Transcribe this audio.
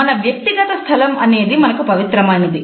మన వ్యక్తిగత స్థలం అనేది మనకు పవిత్రమైనది